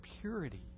purity